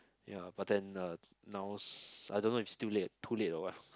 ya but then uh now s~ I don't know if still late too late or what